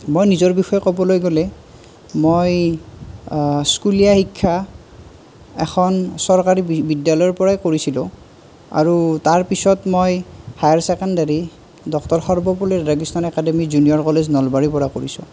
মই নিজৰ বিষয়ে ক'বলৈ গ'লে মই স্কুলীয়া শিক্ষা এখন চৰকাৰী বিদ্যালয়ৰ পৰাই কৰিছিলোঁ আৰু তাৰ পিছত মই higher secondary doctor Sarvepalli Radhakrishnan academy junior college নলবাৰীৰ পৰা কৰিছোঁ